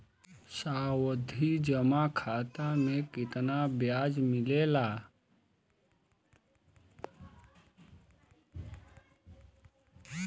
सावधि जमा खाता मे कितना ब्याज मिले ला?